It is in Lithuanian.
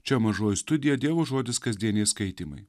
čia mažoji studija dievo žodis kasdieniai skaitymai